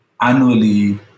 annually